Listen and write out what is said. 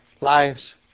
lives